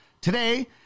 Today